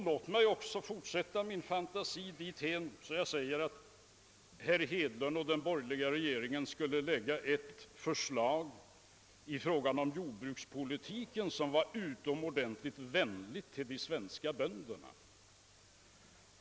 Låt mig också utsträcka min fantasi dithän att herr Hedlund och den borgerliga regeringen skulle lägga fram ett förslag beträffande jordbrukspolitiken, som var utomordentligt vänligt mot de svenska bönderna.